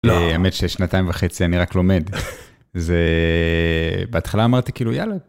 האמת ששנתיים וחצי אני רק לומד. זה... בהתחלה אמרתי כאילו יאללה.